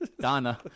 Donna